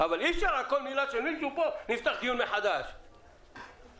אבל אי אפשר שנפתח דיון מחדש על כל מילה של מישהו פה.